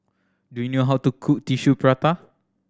do you know how to cook Tissue Prata